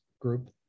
group